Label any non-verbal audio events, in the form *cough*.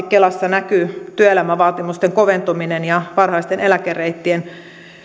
*unintelligible* kelassa näkyy vahvasti työelämän vaatimusten koventuminen ja varhaisten eläkereittien